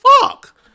fuck